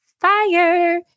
fire